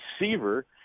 receiver